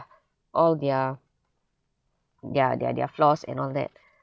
all their ya their their flaws and all that